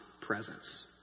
presence